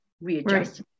readjust